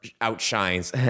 outshines